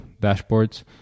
dashboards